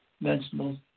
vegetables